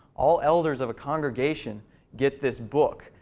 all elders of a congregation get this book.